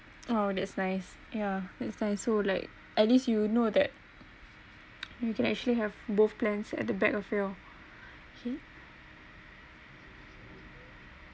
oh that's nice yeah that's nice so like at least you know that you can actually have both plans at the back of your hand